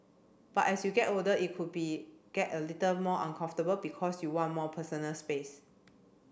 but as you get older it could be get a little more uncomfortable because you want more personal space